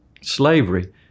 slavery